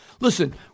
Listen